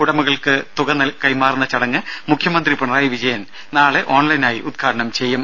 ഉടമകൾക്ക് തുക കൈമാറുന്ന ചടങ്ങ് മുഖ്യമന്ത്രി പിണറായി വിജയൻ നാളെ ഓൺലൈനായി ഉദ്ഘാടനം ചെയ്യും